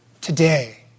today